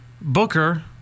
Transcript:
Booker